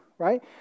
Right